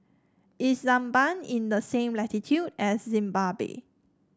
is Zambia in the same latitude as Zimbabwe